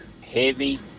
heavy